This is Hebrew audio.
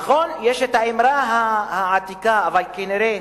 נכון שיש האמרה העתיקה, אבל כנראה